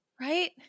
Right